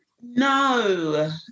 No